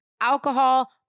Alcohol